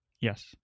Yes